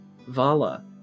Vala